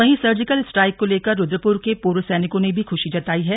वहीं surgical strike को लेकर रुद्रपुर के पूर्व सैनिकों ने भी खुशी जताई है